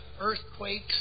earthquakes